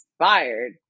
inspired